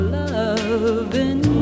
loving